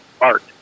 art